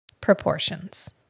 proportions